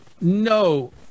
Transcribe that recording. no